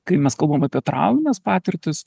kai mes kalbam apie traumines patirtis